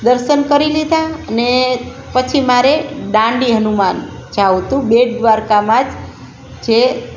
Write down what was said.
દર્શન કરી લીધા અને પછી મારે દાંડી હનુમાન જવું હતું બેટ દ્વારકામાં જ જે